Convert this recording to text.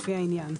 לפי העניין: